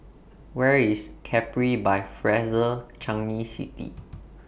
Where IS Capri By Fraser Changi City